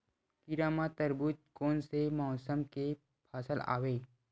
खीरा व तरबुज कोन से मौसम के फसल आवेय?